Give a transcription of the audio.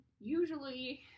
usually